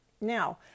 Now